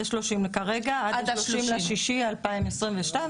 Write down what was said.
כרגע עד ה-30 ביוני 2022,